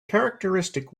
characteristic